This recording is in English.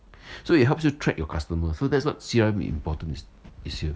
so it helps you track your customer so that's what C_R_M im~ important is here